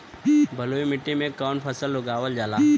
बलुई मिट्टी में कवन फसल उगावल जाला?